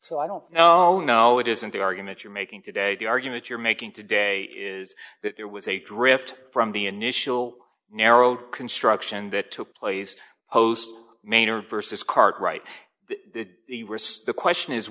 so i don't know no it isn't the argument you're making today the argument you're making today is that there was a drift from the initial narrow construction that took place host manner versus current right the question is